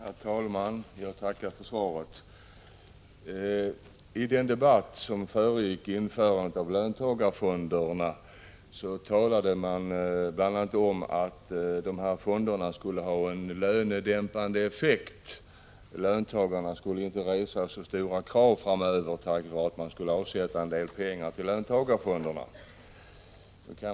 Herr talman! Jag tackar för svaret. I den debatt som föregick införandet av löntagarfonderna talade man bl.a. om att fonderna skulle ha en lönedämpande effekt. Löntagarna skulle inte resa så stora krav framöver, tack vare att man skulle avsätta en del pengar till löntagarfonderna.